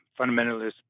fundamentalist